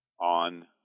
on